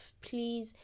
Please